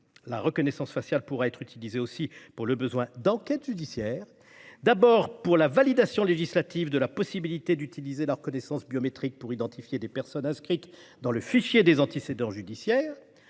La reconnaissance faciale pourra être aussi utilisée pour le besoin d'enquêtes judiciaires. D'abord, par la validation législative de la possibilité d'utiliser la reconnaissance biométrique pour identifier des personnes inscrites dans le fichier des antécédents judiciaires.